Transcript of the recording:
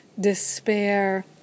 despair